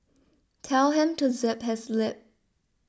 tell him to zip his lip